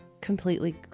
completely